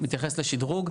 שמתייחס לשדרוג.